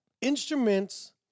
Instruments